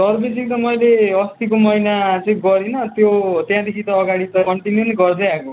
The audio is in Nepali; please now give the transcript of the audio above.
सर्भिसिङ त मैले अस्तिको महिना चाहिँ गरिन त्यो त्यहाँदेखि त अगाडि त कन्टिन्यू नै गर्दै आएको हो